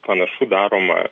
panašu daroma